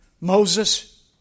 Moses